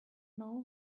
know